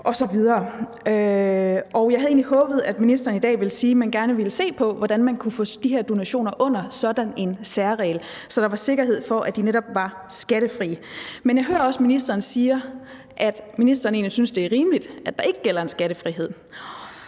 dag ville sige, at man gerne ville se på, hvordan man kunne få de her donationer ind under sådan en særregel, så der var sikkerhed for, at de netop var skattefrie. Men jeg hører også ministeren sige, at ministeren egentlig synes, det er rimeligt, at der ikke gælder en skattefrihed,